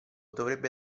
dovrebbe